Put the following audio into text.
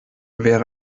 wäre